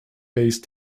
base